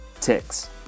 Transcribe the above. Ticks